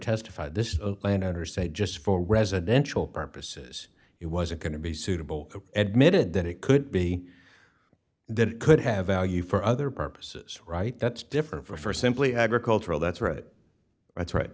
said just for residential purposes it wasn't going to be suitable admitted that it could be that it could have value for other purposes right that's different for simply agricultural that's right that's right